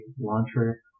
launcher